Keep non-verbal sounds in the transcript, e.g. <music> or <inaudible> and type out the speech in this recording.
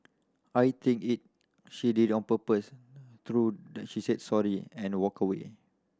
I think he she did on purpose through <unintelligible> she said sorry and walked away